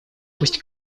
пусть